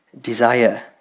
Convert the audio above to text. desire